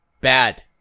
Bad